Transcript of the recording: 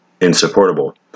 insupportable